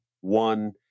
One